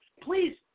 please